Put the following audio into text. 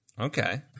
Okay